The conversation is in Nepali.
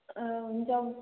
हुन्छ